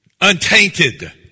untainted